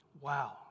Wow